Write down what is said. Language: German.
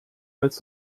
als